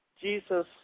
Jesus